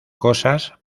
cosas